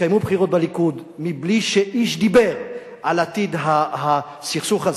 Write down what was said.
התקיימו בחירות בליכוד מבלי שאיש דיבר על עתיד הסכסוך הזה.